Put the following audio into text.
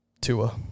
Tua